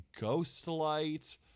ghostlight